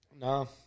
No